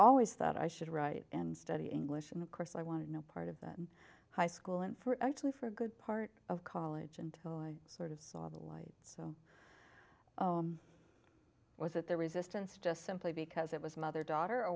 always thought i should write and study english and of course i wanted no part of that in high school and for actually for a good part of college until i sort of saw the light so was that their resistance just simply because it was mother daughter or